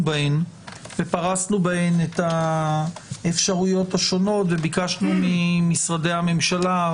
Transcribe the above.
בהן ופרסנו בהן את האפשרויות השונות וביקשנו ממשרדי הממשלה,